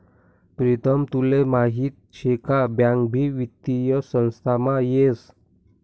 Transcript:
प्रीतम तुले माहीत शे का बँक भी वित्तीय संस्थामा येस